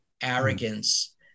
arrogance